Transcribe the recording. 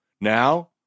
now